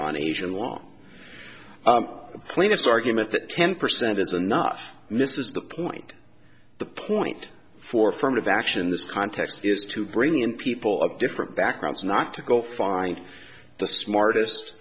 on asian long plaintiffs argument that ten percent is enough misses the point the point forefront of action in this context is to bring in people of different backgrounds not to go find the smartest